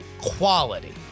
quality